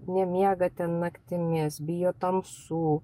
nemiega ten naktimis bijo tamsų